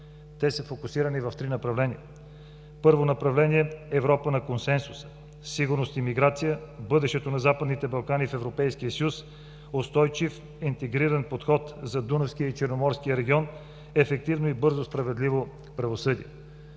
Те са фокусирани в три направления. Първо направление – Европа на консенсуса, сигурност и миграция, бъдещето на Западните Балкани в Европейския съюз, устойчив интегриран подход за Дунавския и Черноморския регион, ефективно и бързо справедливо правосъдие.